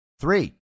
Three